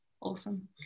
Awesome